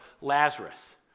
Lazarus